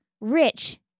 rich